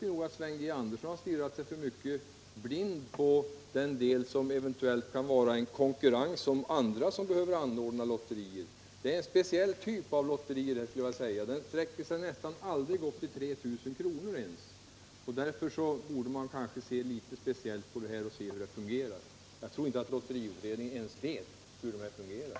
Jag tycker att Sven G. Andersson har stirrat sig blind på den del som eventuellt kan innebära en konkurrens gentemot andra som behöver anordna lotterier. Vad det här gäller är en speciell typ av lotterier, och det rör sig nästan aldrig om mer pengar än 3 000 kr. Därför borde man se något annorlunda på denna fråga och ta reda på hur den här typen av lotterier fungerar — jag tror att inte ens lotteriutredningen vet hur de fungerar.